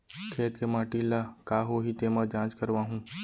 खेत के माटी ल का होही तेमा जाँच करवाहूँ?